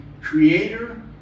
creator